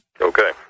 Okay